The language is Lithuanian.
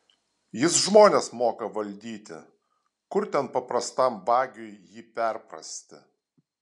jis žmones moka valdyti kur ten paprastam vagiui jį perprasti